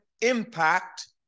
impact